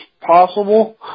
possible